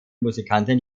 musikanten